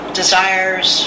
desires